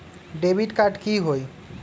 Debit card की होई?